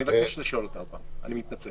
על מה?